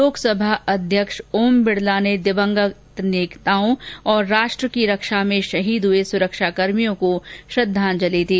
लोकसभा अध्यक्ष ओम बिड़ला ने दविंगत नेताओं और राष्ट्र की रक्षा में शहीद हुए सुरक्षाकर्मियों को श्रद्वांजलि दी